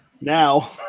Now